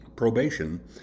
Probation